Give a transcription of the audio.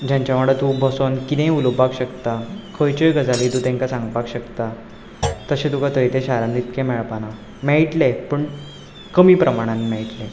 जाचे वांगडा तूं बसून कितेंय उलोवपाक शकता खंयच्योय गजाली तूं तांकां सांगपाक शकता तशें तुका थंय ते शारांत इतकें मेळपाना मेळटलें पूण कमी प्रमाणान मेळटलें